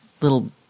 little